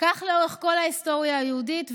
כך לאורך כל ההיסטוריה היהודית,